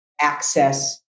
access